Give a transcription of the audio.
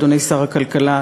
אדוני שר הכלכלה: